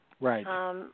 Right